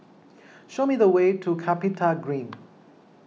show me the way to CapitaGreen